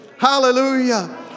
Hallelujah